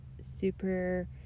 super